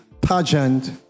pageant